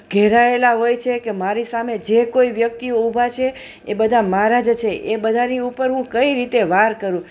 ઘેરાએલા હોય છે કે મારી સામે જે કોઈ વ્યક્તિઓ ઊભા છે એ બધા મારા જ છે એ બધાની ઉપર હું કઈ રીતે વાર કરું